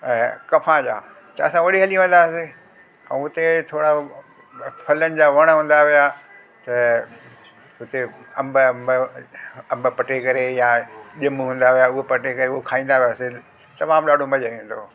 ऐं कफां जा त असां होॾे हली वेंदा हुआसीं ऐं हुते थोरा फलनि जा वण हूंदा हुया त हुते अम्ब अम्ब अम्ब पटे करे या ॼमूं हूंदा हुया हुओ पटे करे उहो खाईंदा हुआसीं तमामु ॾाढो मज़ो ईंदो